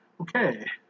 okay